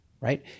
right